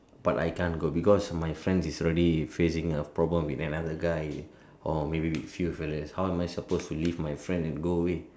but I can't go because my friend is already facing a problem with another guy or maybe with few fellas how am I suppose to leave my friend and go away